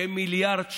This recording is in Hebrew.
כמיליארד שקלים,